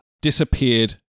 disappeared